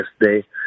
yesterday